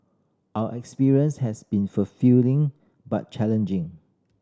our experience has been fulfilling but challenging